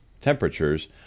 temperatures